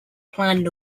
planned